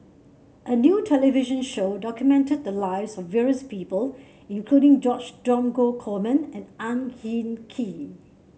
a new television show documented the lives of various people including George Dromgold Coleman and Ang Hin Kee